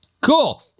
Cool